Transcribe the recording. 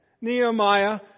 Nehemiah